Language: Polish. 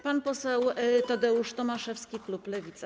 Pan poseł Tadeusz Tomaszewski, klub Lewica.